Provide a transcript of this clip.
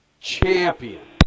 champion